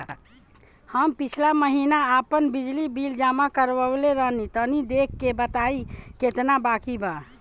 हम पिछला महीना आपन बिजली बिल जमा करवले रनि तनि देखऽ के बताईं केतना बाकि बा?